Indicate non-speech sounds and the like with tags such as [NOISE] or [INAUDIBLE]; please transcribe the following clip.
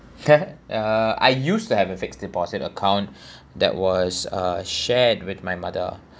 [LAUGHS] uh I used to have a fixed deposit account that was uh shared with my mother